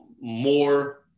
more